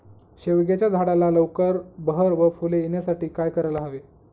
शेवग्याच्या झाडाला लवकर बहर व फूले येण्यासाठी काय करायला हवे?